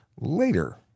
later